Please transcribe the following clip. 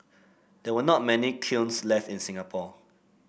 there are not many kilns left in Singapore